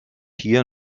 hier